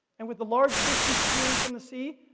and with the large fish disappearing from the sea,